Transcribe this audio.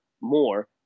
more